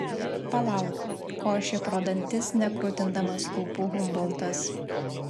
palauk košė pro dantis nekrutindamas lūpų humboltas